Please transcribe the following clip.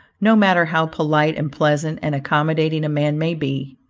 no matter how polite and pleasant and accommodating a man may be,